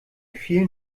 vielen